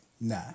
nah